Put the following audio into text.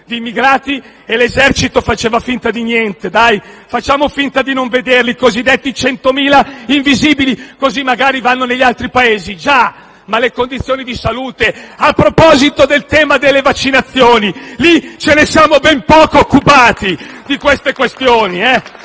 di immigrati e l'Esercito faceva finta di niente. Dai, facciamo finta di non vederli i cosiddetti centomila invisibili, così magari vanno negli altri Paesi. Già, ma le condizioni di salute? A proposito del tema delle vaccinazioni, lì ce ne siamo ben poco occupati! *(Applausi